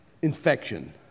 infection